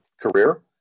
career